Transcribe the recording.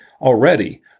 already